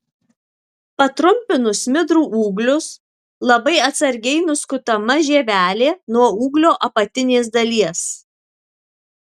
patrumpinus smidrų ūglius labai atsargiai nuskutama žievelė nuo ūglio apatinės dalies